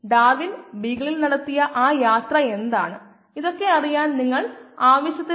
ഇത് ഉപയോഗിച്ച് നമ്മൾ പ്രഭാഷണം 3 അവസാനിപ്പിക്കുമെന്ന് ഞാൻ കരുതുന്നു